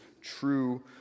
true